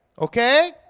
Okay